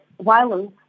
violence